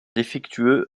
défectueux